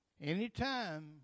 anytime